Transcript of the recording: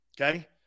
okay